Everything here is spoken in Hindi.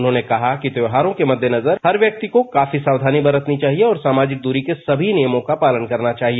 उन्होंने कहा कि त्योहारों के मद्देनजर हर व्यक्ति को काफी सावधानी बरतनी चाहिए और सामाजिक दूरी के सभी नियमों का पालन करना चाहिए